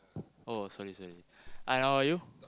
oh sorry sorry hi how are you